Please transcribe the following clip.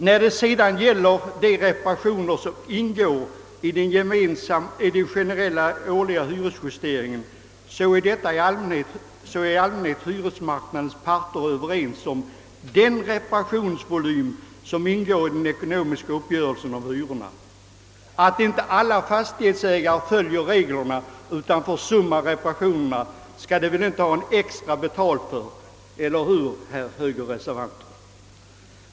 När det sedan gäller de reparationer, som ingår i den generella årliga hyresjusteringen, så är i allmänhet hyresmarknadens parter överens om den reparationsvolym som ingår i den ekonomiska uppgörelsen om hyrorna. Att inte alla fastighetsägare följer reglerna utan försummar reparationerna skall de väl inte ha extra betalt för — eller hur, herr högerreservant?